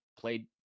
played